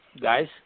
Guys